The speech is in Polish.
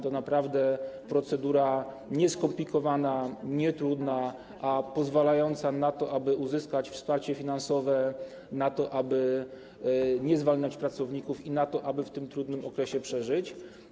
To naprawdę procedura nieskomplikowana, nietrudna, a pozwala na to, aby uzyskać wsparcie finansowe, na to, aby nie zwalniać pracowników, i na to, aby ten trudny okres przeżyć.